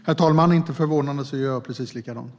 Herr talman! Inte förvånande gör jag precis likadant.